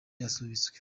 yasubitswe